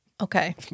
Okay